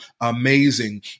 amazing